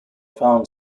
found